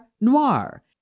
noir